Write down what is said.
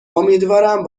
امیدوارم